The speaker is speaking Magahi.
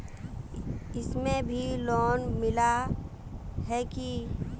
इसमें भी लोन मिला है की